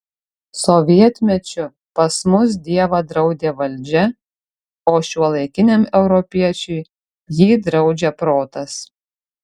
sovietmečiu pas mus dievą draudė valdžia o šiuolaikiniam europiečiui jį draudžia protas